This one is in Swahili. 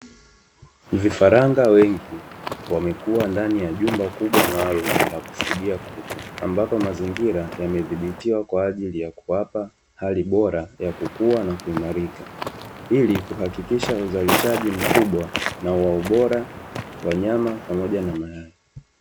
Vifaranga wengi wamekua ndani ya jumba kubwa maalumu la kufugia kuku. Ambapo mazingira yamedhibitiwa kwa ajili ya kuwapa hali bora ya kukua na kuimarika, ili kuhakikisha uzalishaji mkubwa na wa ubora wa nyama pamoja na mayai.